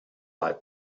live